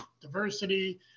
diversity